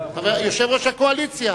יושב-ראש הקואליציה.